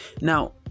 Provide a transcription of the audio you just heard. now